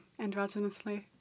androgynously